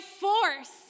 force